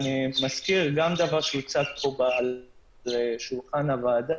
אני מזכיר דבר שהוצג על שולחן הוועדה,